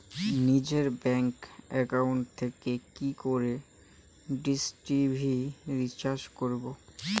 নিজের bank account থেকে কি করে ডিশ টি.ভি রিচার্জ করবো?